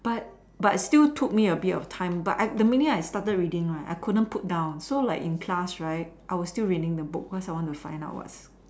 but but still took me a bit of time but I the minute I started reading I couldn't put it down so like in class right I was still reading the book cause I still want to find out what's